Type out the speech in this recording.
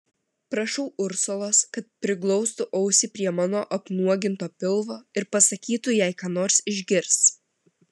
prašau ursulos kad priglaustų ausį prie mano apnuoginto pilvo ir pasakytų jei ką nors išgirs